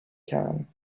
can